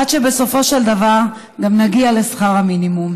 עד שבסופו של דבר גם נגיע לשכר המינימום.